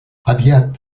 aviat